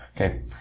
Okay